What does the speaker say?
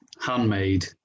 handmade